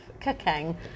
cooking